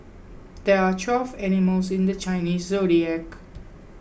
there are twelve animals in the Chinese zodiac